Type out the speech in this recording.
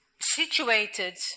situated